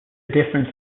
difference